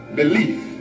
belief